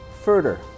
further